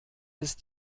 ist